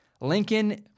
Lincoln